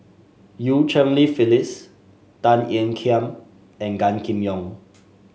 Eu Cheng Li Phyllis Tan Ean Kiam and Gan Kim Yong